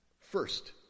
First